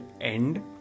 end